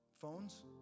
phones